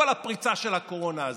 כל הפריצה של הקורונה הזאת.